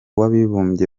w’abibumbye